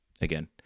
again